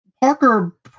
Parker